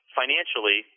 financially